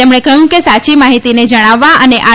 તેમણે કહ્યું કે સાચી માહિતીને જણાવવા અને આર